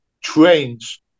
trains